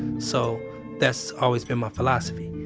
so that's always been my philosophy.